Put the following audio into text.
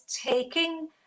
taking